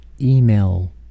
email